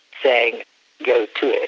saying go to it.